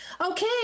Okay